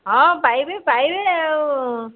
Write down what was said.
ହଁ ପାଇବେ ପାଇବେ ଆଉ